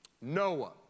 Noah